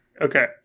Okay